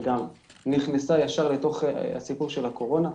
שגם נכנסה ישר לתוך הסיפור של הקורונה.